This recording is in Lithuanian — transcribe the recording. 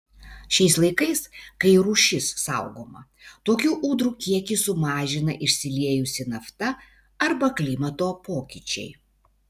šiais laikais kai rūšis saugoma tokių ūdrų kiekį sumažina išsiliejusi nafta arba klimato pokyčiai